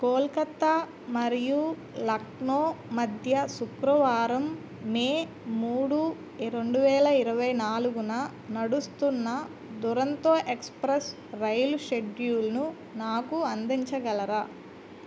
కోల్కత్త మరియు లక్నో మధ్య శుక్రవారం మే మూడు రెండు వేల ఇరవై నాలుగున నడుస్తున్న దురంతో ఎక్స్ప్రెస్ రైలు షెడ్యూల్ను నాకు అందించగలరా